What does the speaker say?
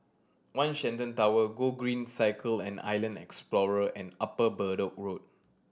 One Shenton Tower Gogreen Cycle and Island Explorer and Upper Bedok Road